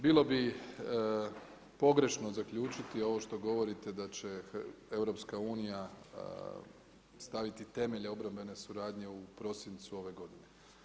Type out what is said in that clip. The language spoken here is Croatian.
Bilo bi pogrešno zaključiti ovo što govorite da će EU staviti temelje obrambene suradnje u prosincu ove godine.